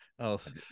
else